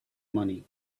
money